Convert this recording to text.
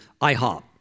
IHOP